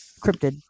cryptid